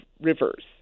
rivers